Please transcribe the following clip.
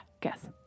guess